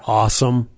awesome